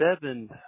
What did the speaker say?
seven